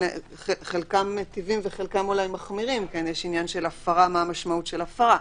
וחלקם מיטיבים וחלקם אולי מחמירים מה המשמעות של הפרה,